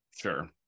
Sure